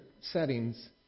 settings